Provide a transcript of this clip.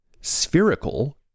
spherical